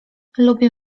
lubię